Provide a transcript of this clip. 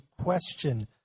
question